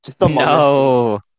No